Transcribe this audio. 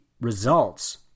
results